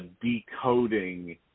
decoding